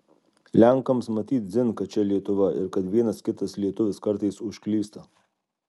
lenkams matyt dzin kad čia lietuva ir kad vienas kitas lietuvis kartais užklysta